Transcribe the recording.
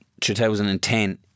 2010